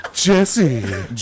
Jesse